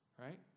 right